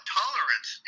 tolerance